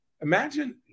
imagine